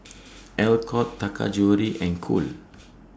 Alcott Taka Jewelry and Cool